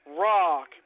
rock